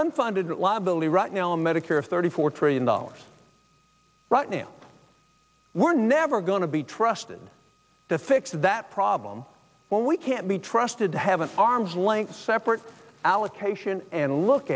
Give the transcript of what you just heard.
unfunded liability right now in medicare thirty four trillion dollars right now we're never going to be trusted to fix that problem when we can't be trusted to have an arm's length separate allocation and look